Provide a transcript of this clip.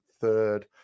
third